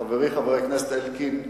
חברי חבר הכנסת אלקין,